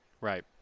Right